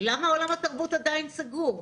למה עולם התרבות עדיין סגור?